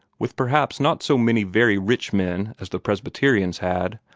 with perhaps not so many very rich men as the presbyterians had,